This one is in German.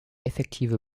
effektive